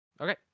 Okay